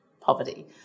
poverty